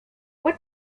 what